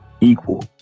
equal